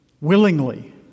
Willingly